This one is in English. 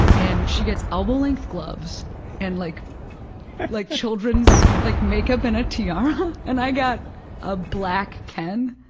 and she gets elbow-length gloves and like like children's like make-up and a tiara. and i got a black ken,